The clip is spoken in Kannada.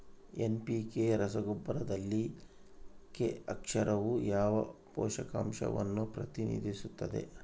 ಎನ್.ಪಿ.ಕೆ ರಸಗೊಬ್ಬರದಲ್ಲಿ ಕೆ ಅಕ್ಷರವು ಯಾವ ಪೋಷಕಾಂಶವನ್ನು ಪ್ರತಿನಿಧಿಸುತ್ತದೆ?